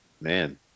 man